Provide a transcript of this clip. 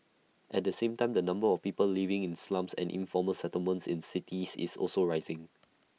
at the same time the number of people living in slums and informal settlements in cities is also rising